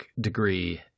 degree –